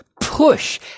push